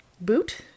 boot